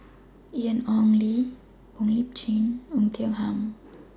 Ian Ong Li Wong Lip Chin and Oei Tiong Ham